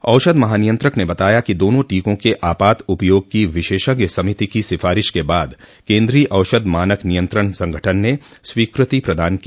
औषध महानियंत्रक ने बताया कि दोनों टीकों के आपात उपयोग की विशेषज्ञ समिति की सिफारिश के बाद केन्द्रीय औषध मानक नियंत्रण संगठन ने स्वीकृति प्रदान की